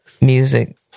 music